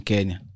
Kenya